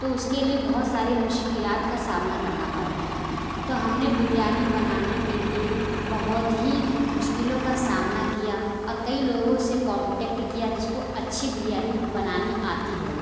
تو اس کے لیے بہت سارے مشکلات کا سامنا کرنا پڑتا ہے تو ہم نے بریانی بنانے کے لیے بہت ہی مشکلوں کا سامنا کیا اور کئی لوگوں سے کانٹیکٹ کیا جس کو اچھی بریانی بنانی آتی ہو